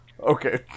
Okay